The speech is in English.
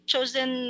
Chosen